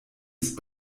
ist